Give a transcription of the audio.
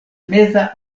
meza